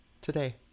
Today